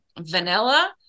vanilla